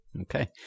Okay